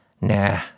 nah